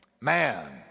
Man